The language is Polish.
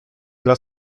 dla